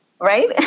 Right